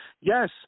yes